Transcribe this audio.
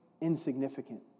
insignificant